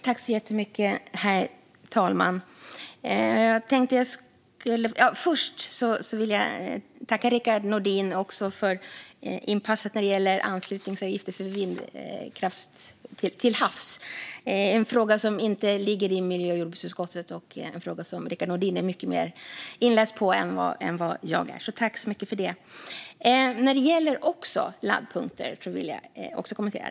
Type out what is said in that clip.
Herr talman! Jag tackar Rickard Nordin för inpasset när det gäller anslutningsavgifter för vindkraft till havs. Det är en fråga som inte ligger i miljö och jordbruksutskottet. Det är en fråga som Rickard Nordin är mycket mer inläst på än vad jag är. Jag vill kommentera det som sas om laddpunkter.